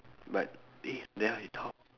but eh then how you talk